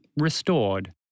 restored